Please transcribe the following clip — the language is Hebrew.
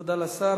תודה לשר.